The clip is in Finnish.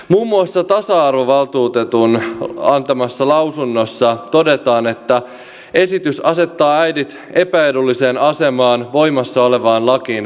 muun muassa tasa arvovaltuutetun antamassa lausunnossa todetaan että esitys asettaa äidit epäedulliseen asemaan voimassa olevaan lakiin verrattuna